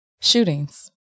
shootings